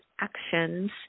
actions